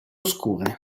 oscure